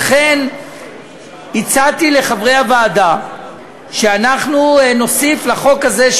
לכן הצעתי לחברי הוועדה שאנחנו נוסיף לחוק הזה,